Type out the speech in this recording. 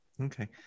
Okay